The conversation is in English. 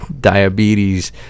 diabetes